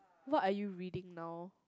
what are you reading now